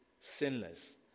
sinless